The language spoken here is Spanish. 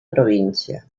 provincia